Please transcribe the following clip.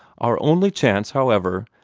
our only chance, however,